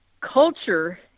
culture